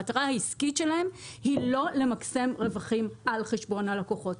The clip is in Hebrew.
המטרה העסקית שלהם היא לא למקסם רווחים על חשבון הלקוחות.